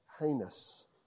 heinous